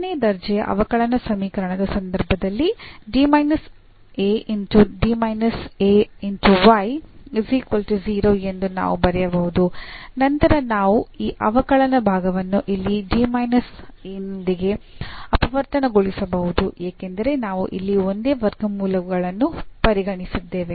ಎರಡನೇ ದರ್ಜೆಯ ಅವಕಲನ ಸಮೀಕರಣದ ಸಂದರ್ಭದಲ್ಲಿ ಎಂದು ನಾವು ಬರೆಯಬಹುದು ನಂತರ ನಾವು ಆ ಅವಕಲನ ಭಾಗವನ್ನು ಇಲ್ಲಿ ನೊಂದಿಗೆ ಅಪವರ್ತನಗೊಳಿಸಬಹುದು ಏಕೆಂದರೆ ನಾವು ಇಲ್ಲಿ ಒಂದೇ ವರ್ಗಮೂಲಗಳನ್ನು ಪರಿಗಣಿಸಿದ್ದೇವೆ